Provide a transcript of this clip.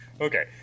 Okay